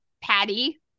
Patty